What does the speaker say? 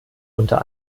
unter